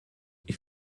ich